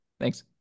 Thanks